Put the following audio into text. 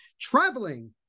traveling